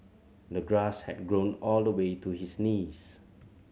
the grass had grown all the way to his knees